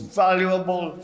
valuable